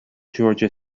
georgia